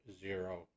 zero